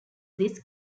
this